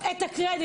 תנו את הקרדיט.